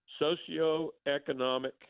socioeconomic